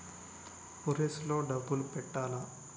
Purse లో డబ్బులు పెట్టలా?